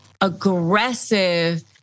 aggressive